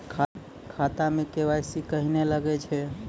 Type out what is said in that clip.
खाता मे के.वाई.सी कहिने लगय छै?